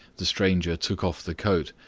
the stranger took off the coat,